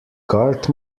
garth